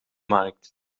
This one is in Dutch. markt